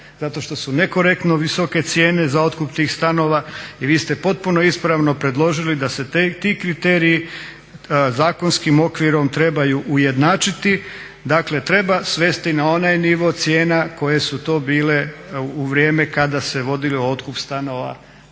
zato što su nekorektno visoke cijene za otkup tih stanova. I vi ste potpuno ispravno predložili da se ti kriteriji zakonskim okvirom trebaju ujednačiti. Dakle treba svesti na onaj nivo cijena koje su to bile u vrijeme kada se vodio otkup stanova